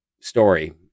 story